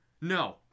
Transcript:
No